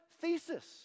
thesis